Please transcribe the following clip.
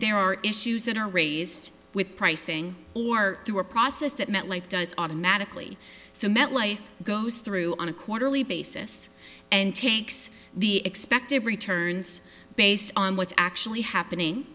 there are issues that are raised with pricing or through a process that met life does automatically so metlife goes through on a quarterly basis and takes the expected returns based on what's actually happening